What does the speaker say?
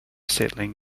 setting